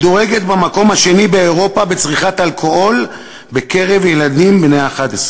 מדורגת במקום השני באירופה בצריכת אלכוהול בקרב ילדים בני 11,